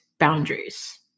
boundaries